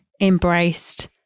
embraced